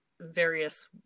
various